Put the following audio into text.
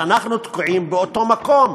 ואנחנו תקועים באותו מקום.